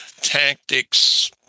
tactics